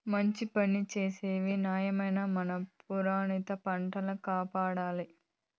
మంచి పని చేస్తివి నాయనా మన పురాతన పంటల కాపాడాల్లమరి